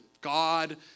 God